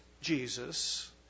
Jesus